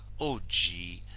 o gee!